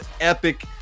epic